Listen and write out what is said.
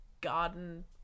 garden